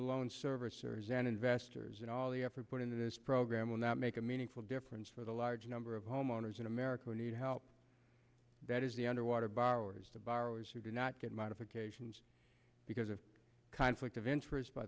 loan servicers and investors and all the effort put into this program will not make a meaningful difference for the large number of homeowners in america who need help that is the underwater borrowers the borrowers who do not get modifications because of conflict of interest by